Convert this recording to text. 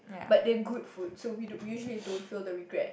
but they're good food so we don't we usually don't feel the regret